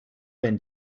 been